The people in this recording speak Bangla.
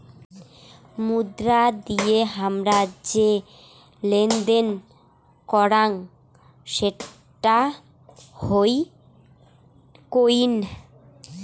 মুদ্রা দিয়ে হামরা যে লেনদেন করাং সেটা হই কোইন